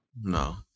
No